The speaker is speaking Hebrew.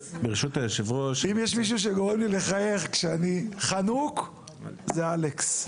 אם יש מישהו שגורם לי לחייך כשאני חנוק זה אלכס.